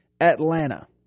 Atlanta